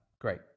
great